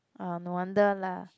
orh no wonder lah